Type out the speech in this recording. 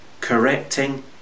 correcting